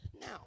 Now